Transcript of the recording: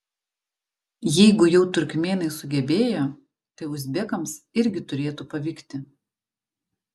jeigu jau turkmėnai sugebėjo tai uzbekams irgi turėtų pavykti